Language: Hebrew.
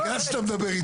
אז אין לי בעיה.